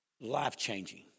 life-changing